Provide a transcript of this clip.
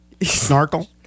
snarkle